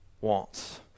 wants